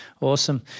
Awesome